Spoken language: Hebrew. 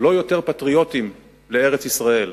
לא יותר פטריוטים לארץ-ישראל,